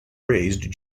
raised